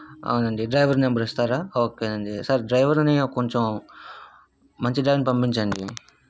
అవునండి driver number ఇస్తారా okay అండి సార్ డ్రైవర్ని కొంచెం మంచి డ్రైవర్ని పంపించండి